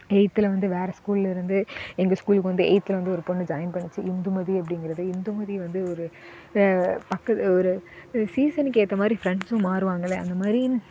எயித்தில் வந்து வேறு ஸ்கூல்லேருந்து எங்கள் ஸ்கூலுக்கு வந்து எயித்தில் வந்து ஒரு பொண்ணு ஜாயின் பண்ணுச்சு இந்துமதி அப்படிங்கிறது இந்துமதி வந்து ஒரு பக்கம் ஒரு சீசனுக்கு ஏற்ற மாதிரி பிரண்ட்ஸும் மாறுவங்கல்ல அந்த மாதிரி